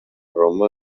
roma